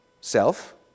self